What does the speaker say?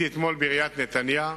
אתמול הייתי בעיריית נתניה,